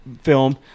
film